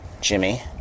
Jimmy